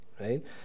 right